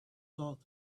thought